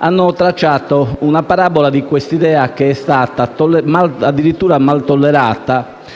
hanno tracciato una parabola di questa idea che è stata addirittura mal tollerata